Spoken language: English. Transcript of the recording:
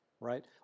right